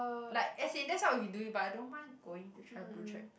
like as in that's what we doing but I don't mind going to try blue track